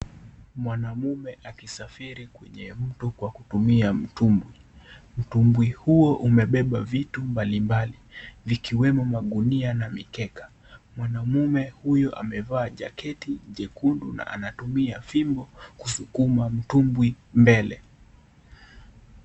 Mwanamme akisafiri kwenye mto wakitumia mtumbwi. Mtumbwi huo umebeba vitu mbalimbali vikiwemo magunia na mikeka ,mwanamme huyo amevaa jaketi jekundu na anatumia fimbo kusukuma mtumbwi mbele.